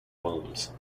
bombs